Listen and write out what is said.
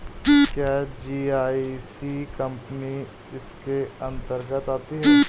क्या GIC company इसके अन्तर्गत आती है?